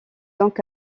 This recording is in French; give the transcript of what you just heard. donc